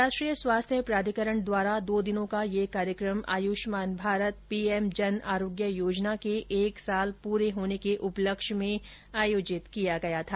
राष्ट्रीय स्वास्थ्य प्राधिकरण द्वारा दो दिनों का यह कार्यक्रम आयुष्मान भारत पीएम जन आरोग्य योजना के एक वर्ष पूरे होने के उपलक्ष्य में आयोजित किया गया था